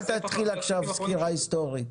אל תתחיל עכשיו סקירה היסטורית.